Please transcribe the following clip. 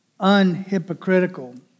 unhypocritical